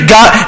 God